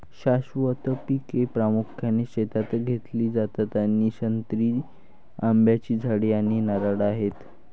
शाश्वत पिके प्रामुख्याने शेतात घेतली जातात आणि संत्री, आंब्याची झाडे आणि नारळ आहेत